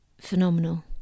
phenomenal